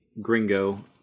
gringo